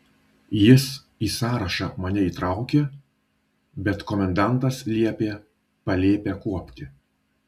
jis į sąrašą mane įtraukė bet komendantas liepė palėpę kuopti